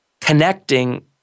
connecting